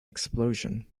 explosion